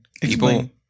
People